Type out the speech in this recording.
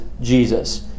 Jesus